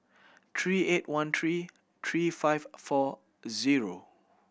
three eight one three three five four zero